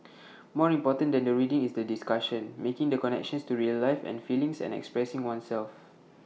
more important than the reading is the discussion making the connections to real life and feelings and expressing oneself